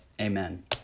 Amen